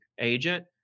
agent